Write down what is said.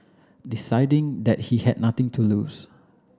deciding that he had nothing to lose